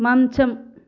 మంచం